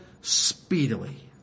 speedily